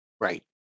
Right